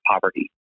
poverty